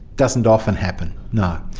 doesn't often happen, no,